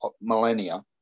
millennia